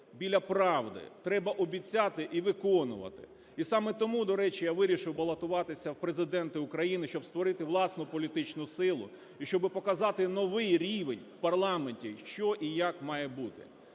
біля правди, треба обіцяти і виконувати. І саме тому, до речі, я вирішив балотуватися в Президенти України, щоб створити власну політичну силу і щоби показати новий рівень в парламенті, що і як має бути.